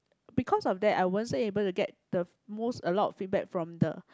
because of that I wasn't able to get the most a lot of feedback from the